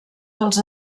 dels